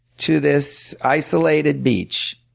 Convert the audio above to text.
to this isolated beach,